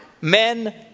men